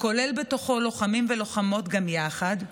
הכולל בתוכו לוחמים ולוחמות גם יחד,